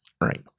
right